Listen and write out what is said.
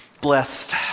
blessed